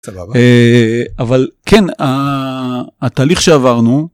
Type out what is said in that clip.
אבל כן התהליך שעברנו.